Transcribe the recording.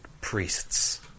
priests